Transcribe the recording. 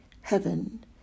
heaven